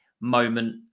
moment